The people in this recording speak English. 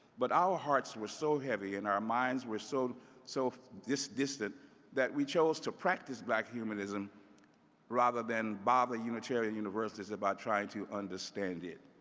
but our hearts were so heavy and our minds were so so distant that we chose to practice black humanism rather than bother unitarian universalists about trying to understand it.